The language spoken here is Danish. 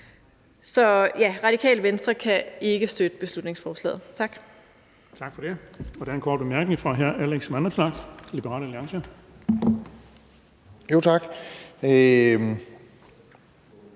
ansat. Radikale Venstre kan ikke støtte beslutningsforslaget. Tak.